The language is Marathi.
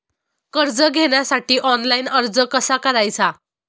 कर्ज घेण्यासाठी ऑनलाइन अर्ज कसा करायचा?